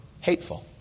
hateful